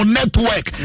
network